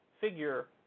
figure